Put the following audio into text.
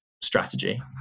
strategy